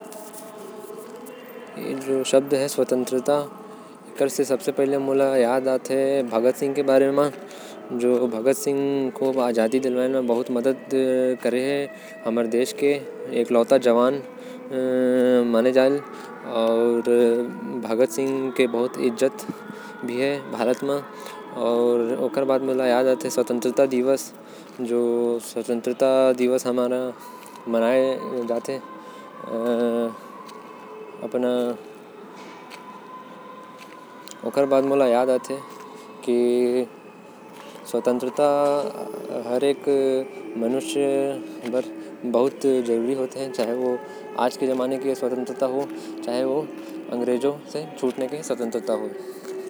स्वतंत्रता से मोके भगत सिंह के याद आयेल। जो हमन के स्वतंत्रता दिलाये खातिर लढ़े रहिस। स्वतंत्रता से स्वतंत्रता दिवस भी याद आथे।